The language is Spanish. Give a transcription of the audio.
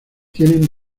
tienen